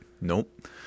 Nope